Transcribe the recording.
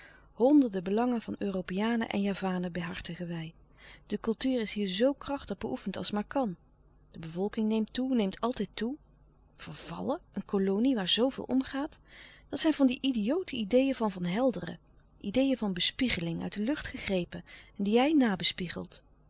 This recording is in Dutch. honderde belangen van europeanen en javanen behartigen wij de kultuur is hier zoo krachtig beoefend als maar kan de bevolking neemt toe neemt altijd toe vervallen een kolonie waar zooveel omgaat dat zijn van die idiote ideeën van van helderen ideeën van bespiegeling uit de lucht gegrepen en die jij